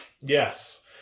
Yes